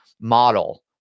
model